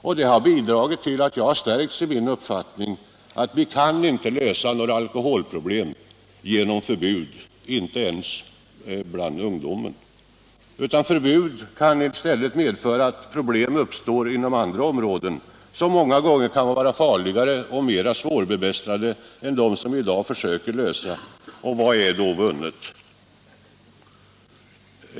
Detta har bidragit till att jag stärkts i min uppfattning att vi inte kan lösa några alkoholproblem genom förbud — inte ens bland ungdomen. Förbud kan i stället medföra att problemen uppstår inom andra områden, som många gånger kan vara farligare och mera svårbemästrade än de som vi i dag försöker lösa. Och vad är då vunnet?